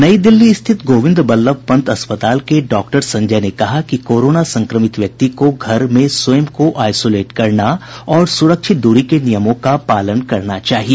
नई दिल्ली स्थित गोविंद बल्लभ पंत अस्पताल के डॉक्टर संजय ने कहा कि कोरोना संक्रमित व्यक्ति को घर मे स्वयं को आइसोलेट करना और सुरिक्षत दूरी के नियमों का पालन करना चाहिए